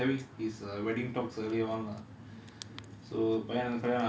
we actually we wer~ we were just having his uh wedding talks earlier on lah